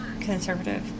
conservative